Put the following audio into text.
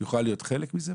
יוכל להיות חלק מזה,